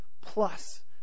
plus